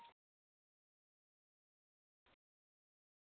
اچھا ٹھیٖک اَسہِ ہیٚکیٛاہ اَتھ کینٛہہ ڈِسکاوُنٛٹ گٔژھِتھ آی فونَس